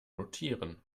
notieren